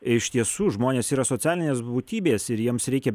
iš tiesų žmonės yra socialinės būtybės ir jiems reikia